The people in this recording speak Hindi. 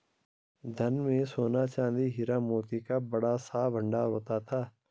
धन में सोना, चांदी, हीरा, मोती का बड़ा सा भंडार होता था